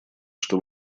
что